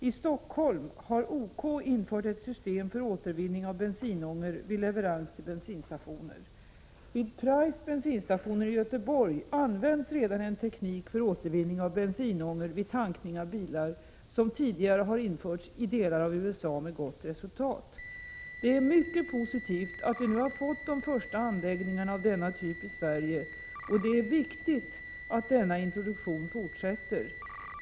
I Stockholm har OK infört ett system för återvinning av bensinångor vid leverans till bensinstationer. Vid Prajs bensinstationer i Göteborg används redan en teknik för återvinning av bensinångor vid tankning av bilar vilken tidigare har införts i delar av USA med gott resultat. Det är mycket positivt att vi nu har fått de första anläggningarna av denna typ i Sverige, och det är viktigt att denna introduktion fortsätter.